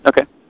Okay